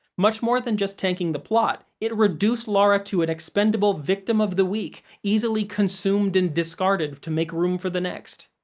much more than just tanking the plot, it reduced laura to an expendable victim of the week, easily consumed and discarded to make room for the next,